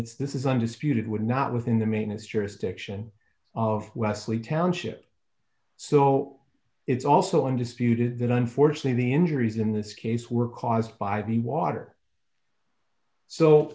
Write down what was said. it's this is undisputed would not within the manus jurisdiction of wesley township so it's also undisputed that unfortunately the injuries in this case were caused by the water so